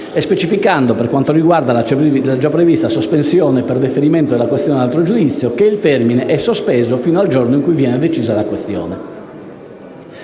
e specificando, per quanto riguarda la già prevista sospensione per deferimento della questione ad altro giudizio, che il termine è sospeso fino al giorno in cui viene decisa la questione.